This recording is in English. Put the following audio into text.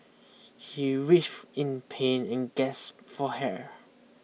he writhed in pain and gasped for hair